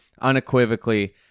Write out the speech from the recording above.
unequivocally